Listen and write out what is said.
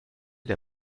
der